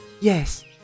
Yes